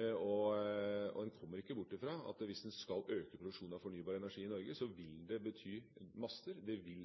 En kommer ikke bort fra at hvis en skal øke produksjonen av fornybar energi i Norge, vil det bety master. Det vil